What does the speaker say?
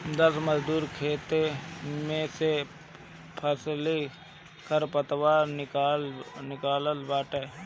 दस मजूर खेते में से फसली खरपतवार निकालत बाटन